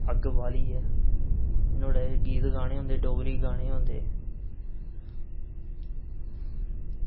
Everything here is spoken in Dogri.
अग्ग बालियै नुहाड़े ई गीत गाने होंदे डोगरी गै